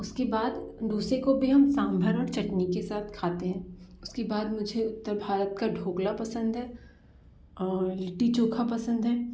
उसके बाद डोसे को भी हम सांभर और चटनी के साथ खाते हैं उसके बाद मुझे उत्तर भारत का ढोकला पसंद है और लिट्टी चोखा पसंद है